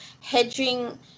Hedging